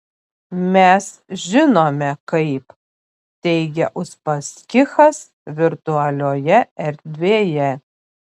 mes žinome kaip teigia uspaskichas virtualioje erdvėje